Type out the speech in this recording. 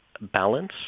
balance